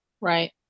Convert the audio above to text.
Right